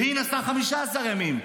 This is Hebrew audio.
והיא נסעה ל-15 ימים.